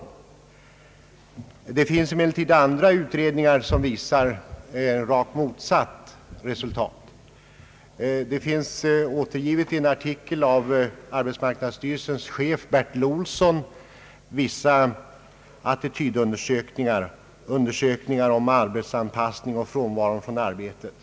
Det finns emellertid andra utredningar som visar rakt motsatt resultat. I en artikel av arbetsmarknadsstyrelsens chef, Bertil Olsson, återges vissa attitydundersökningar, undersökningar om arbetsanpassning och frånvaron från arbetet.